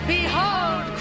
Behold